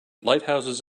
lighthouses